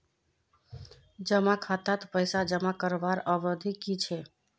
जमा खातात पैसा जमा करवार अवधि की छे?